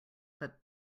but